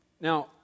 Now